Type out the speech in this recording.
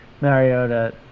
Mariota